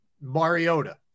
Mariota